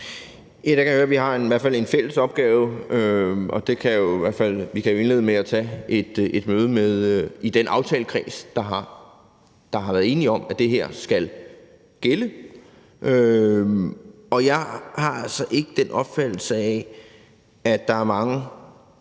at vi i hvert fald har en fælles opgave, og vi kan jo indlede med at tage et møde i den aftalekreds, der har været enig om, at det her skal gælde. Jeg har altså ikke den opfattelse, at der er mange